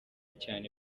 cyane